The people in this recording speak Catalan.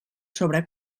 sobre